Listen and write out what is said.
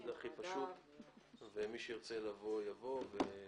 כך שמי שירצה לבוא יבוא.